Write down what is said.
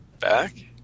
back